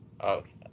Okay